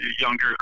younger